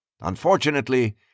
Unfortunately